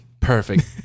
Perfect